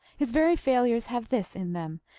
his very failures have this in them,